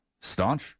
staunch